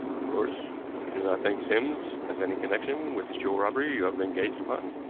of course, you do not think sims has any connection with this jewel robbery you have been engaged upon?